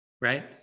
right